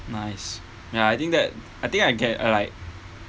nice ya I think that I think I get like